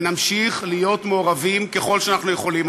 ונמשיך להיות מעורבים ככל שאנחנו יכולים.